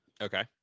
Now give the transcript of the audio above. Okay